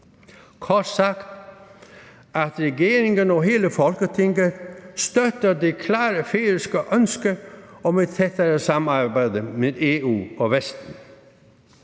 kort sagt: at regeringen og hele Folketinget støtter det klare færøske ønske om et tættere samarbejde med EU og Vesten.